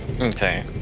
Okay